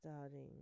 starting